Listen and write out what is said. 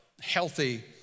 healthy